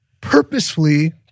purposefully